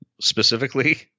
specifically